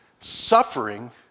suffering